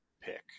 pick